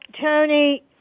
Tony